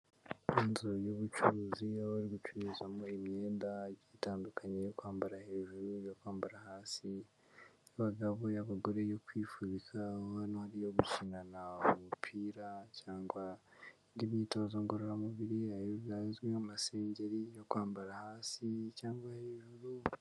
Inzu y'ubucuruzi, baba bari gucururizamo imyenda igiye itandukanye yo kwambara:iyo hejuru, iyo kwambara hasi, iy'abagabo, iy'abagore, iyo kwifubika, hano hari iyo gukinana umupira cyangwa indi myitozo ngororamubiri, hari izwi nk'amasengeri, iyo kwambara hasi, cyangwa hejuru.